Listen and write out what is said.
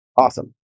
Awesome